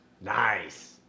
Nice